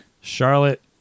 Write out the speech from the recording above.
Charlotte